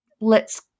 lets